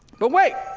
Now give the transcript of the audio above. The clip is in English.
but wait,